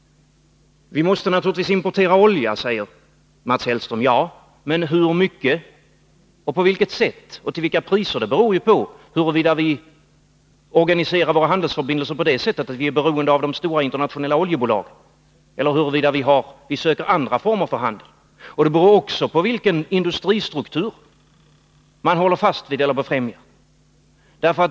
Vi måste naturligtvis importera olja, säger Mats Hellström. Ja, men hur mycket, på vilket sätt och till vilka priser beror ju på huruvida vi organiserar våra handelsförbindelser på det sättet att vi är beroende av de stora internationella oljebolagen, eller huruvida vi söker andra former för handeln. Detta beror också på vilken industristruktur man håller fast vid eller befrämjar.